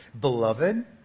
beloved